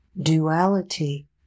duality